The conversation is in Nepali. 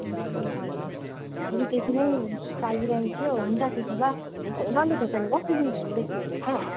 ए हजुर फेरि त्यति नै चाहिरहेको थियो हुन्छ त्यसो भए डल्ले खुर्सानी कसरी बेच्नुहुँदैछ हो